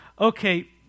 okay